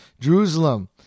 Jerusalem